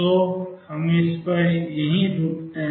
तो हम इस पर यहीं रुकते हैं